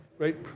Right